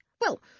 Well